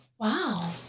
wow